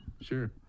Sure